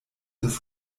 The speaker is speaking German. des